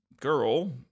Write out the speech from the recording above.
girl